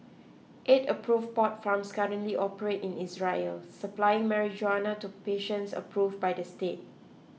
eight approve pot farms currently operate in Israel supplying marijuana to patients approve by the state